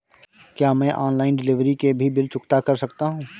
क्या मैं online delivery के भी बिल चुकता कर सकता हूँ?